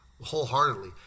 wholeheartedly